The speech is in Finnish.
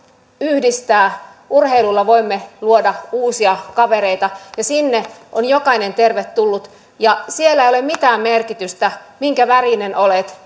yhdistää urheilulla voimme luoda uusia kavereita ja sinne on jokainen tervetullut ja siellä ei ole mitään merkitystä sillä minkä värinen olet